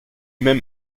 même